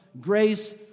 grace